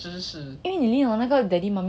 因为你已经有那个 daddy mummy